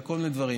וכל מיני דברים.